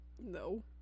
no